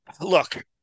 Look